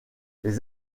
les